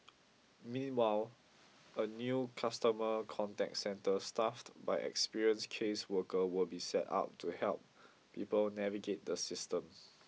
meanwhile a new customer contact centre staffed by experienced caseworker will be set up to help people navigate the system